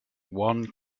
can